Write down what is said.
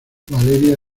valeria